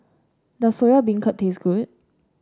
does Soya Beancurd taste good